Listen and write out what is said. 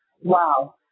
Wow